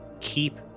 keep